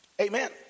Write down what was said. Amen